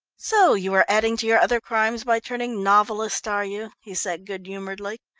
so you are adding to your other crimes by turning novelist, are you? he said good-humouredly.